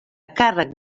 càrrec